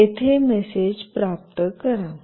येथे मेसेज प्राप्त करा